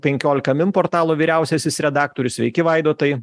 penkiolika min portalo vyriausiasis redaktorius sveiki vaidotai